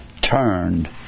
turned